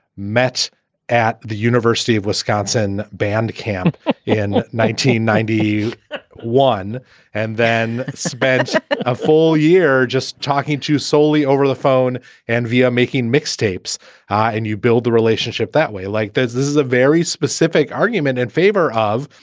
met at the university of wisconsin band camp in nineteen ninety one and then spends a full year just talking to solely over the phone and via making mixtapes and you build the relationship that way like there's this is a very specific argument in favor of,